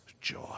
joy